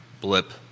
blip